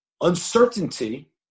Uncertainty